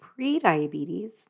prediabetes